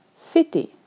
Fêter